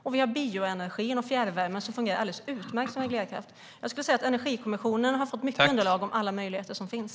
Också bioenergin och fjärrvärmen fungerar alldeles utmärkt som reglerkraft. Energikommissionen har fått mycket underlag om alla möjligheter som finns.